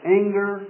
anger